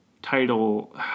Title